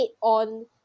on